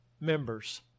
members